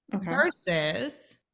versus